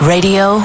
Radio